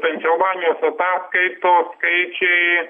pensilvanijos ataskaitos skaičiai